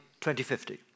2050